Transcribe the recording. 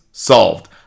Solved